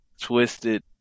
twisted